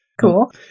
Cool